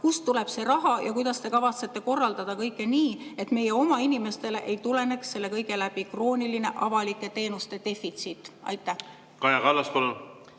kust tuleb see raha ja kuidas te kavatsete korraldada kõike nii, et meie oma inimestele ei tuleneks sellest kõigest krooniline avalike teenuste defitsiit? Aitäh,